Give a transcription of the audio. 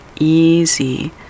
easy